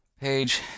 Page